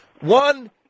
One